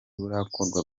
burakorwa